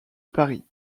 paris